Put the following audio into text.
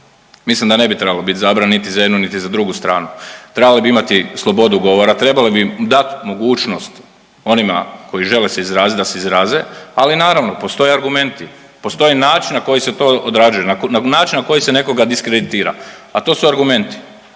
Mislim da ne bi trebalo biti zabrane niti za jednu, niti za drugu stranu. Trebali bi imati slobodu govora, trebali bi dat mogućnost onima koji se žele izraziti da se izraze, ali naravno postoje argumenti. Postoji način na koji se to odrađuje, način na koji se nekoga diskreditira a to su argumenti.